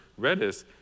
Redis